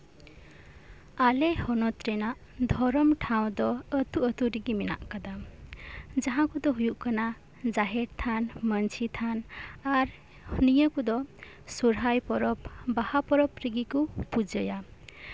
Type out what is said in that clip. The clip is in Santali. ᱟᱞᱮ ᱦᱚᱱᱚᱛ ᱨᱮᱭᱟᱜ ᱫᱷᱚᱨᱚᱢ ᱴᱷᱟᱶ ᱫᱚ ᱟᱹᱛᱩ ᱟᱹᱛᱩ ᱨᱮᱜᱮ ᱢᱮᱱᱟᱜᱼᱟ ᱡᱟᱦᱟᱸ ᱠᱚᱫᱚ ᱦᱩᱭᱩᱜ ᱠᱟᱱᱟ ᱡᱟᱸᱦᱮᱨ ᱛᱷᱟᱱ ᱢᱟᱹᱡᱷᱤ ᱛᱷᱟᱱ ᱟᱨ ᱱᱤᱭᱟᱹ ᱠᱚᱫᱚ ᱥᱚᱨᱦᱟᱭ ᱯᱚᱨᱚᱵᱽ ᱵᱟᱦᱟ ᱯᱚᱨᱚᱵᱽ ᱨᱮ ᱠᱚ ᱯᱩᱡᱟᱹᱭᱟ